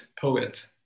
poet